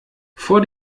vor